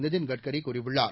நிதின் கட்கரி கூறியுள்ளார்